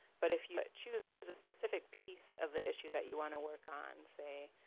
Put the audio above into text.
but if you choose a specific piece of the issue that you want to work on, say,